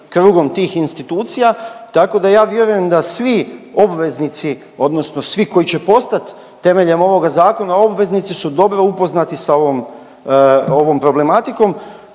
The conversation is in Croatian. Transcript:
tih institucija tako da ja vjerujem da svi obveznici odnosno svi koji će postat temeljem ovog zakona obveznici su dobro upoznati sa ovom problematikom,